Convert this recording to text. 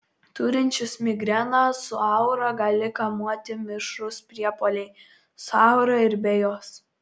turinčius migreną su aura gali kamuoti mišrūs priepuoliai su aura ir be jos